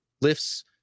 lifts